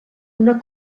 una